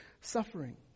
suffering